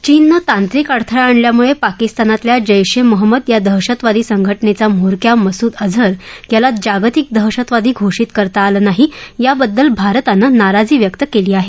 चीननं तांत्रिक अडथळा आणल्यामुळे पाकिस्तानातल्या जैश ए मोहम्मद या दहशतवादी संघटनेचा म्होरक्या मसूद अजहर याला जागतिक दहशतवादी घोषित करता आलं नाही याबद्दल भारतानं नाराजी व्यक्त केली आहे